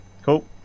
Cool